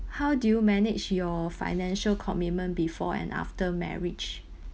how do you manage your financial commitment before and after marriage